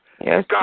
Yes